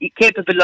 capable